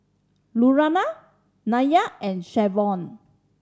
Lurana Nya and Shavon